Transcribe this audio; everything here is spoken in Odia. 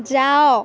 ଯାଅ